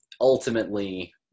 ultimately